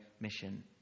mission